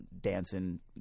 dancing